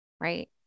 right